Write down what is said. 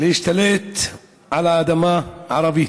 להשתלט על האדמה הערבית.